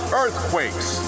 earthquakes